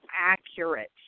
accurate